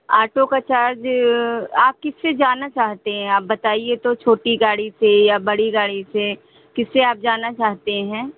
auto का charge आप किस से जाना चाहते हैं आप बताइए तो छोटी गाड़ी से या बड़ी गाड़ी से किस से आप जाना चाहते हैं